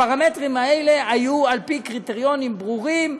והפרמטרים האלה היו על פי קריטריונים ברורים,